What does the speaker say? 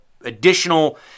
additional